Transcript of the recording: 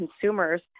consumers